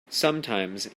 sometimes